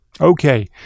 Okay